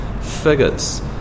figures